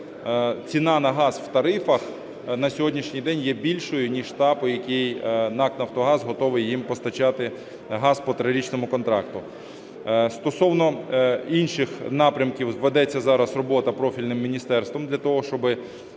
ціна на газ в тарифах на сьогоднішній день є більшою ніж та, по якій НАК "Нафтогаз" готовий їм постачати газ по трирічному контракту. Стосовно інших напрямків ведеться зараз робота профільним міністерством для того, щоб